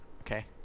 Okay